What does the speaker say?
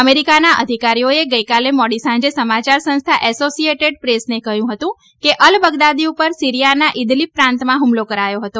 અમેરિકાના અધિકારીએ ગઇ મોડી સાંજે સમાચાર સંસ્થા એસોસિચેટેડ પ્રેસને કહ્યું હતું કે અલ બગદાદી પર સીરિયાના ઇદલીબ પ્રાંતમાં હ્મલો કરાયો હતો